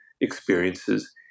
experiences